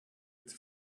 its